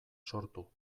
sortu